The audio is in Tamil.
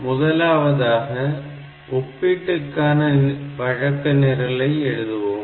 முதலாவதாக ஒப்பீடுக்கான வழக்கநிரலை எழுதுவோம்